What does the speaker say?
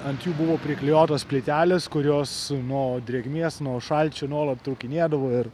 ant jų buvo priklijuotos plytelės kurios nuo drėgmės nuo šalčio nuolat trūkinėdavo ir